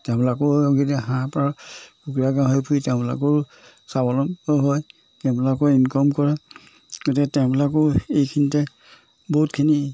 তেওঁলোকেও গতিকে হাঁহ পাৰ কুকুৰা গাহৰি ফুৰি তেওঁলোকো স্বাৱলম্বী হয় তেওঁবিলাকো ইনকম কৰে গতিকে তেওঁলোকো এইখিনিতে বহুতখিনি